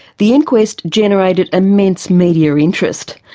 the inquest generated immense media interest.